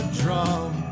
drum